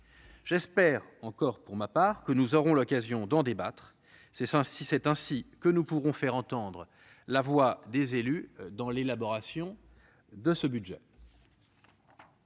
J'espère que nous aurons l'occasion d'en débattre : c'est ainsi que nous pourrons faire entendre la voix des élus dans l'élaboration de ce budget.